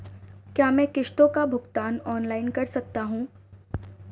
क्या मैं किश्तों का भुगतान ऑनलाइन कर सकता हूँ?